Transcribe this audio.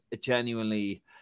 genuinely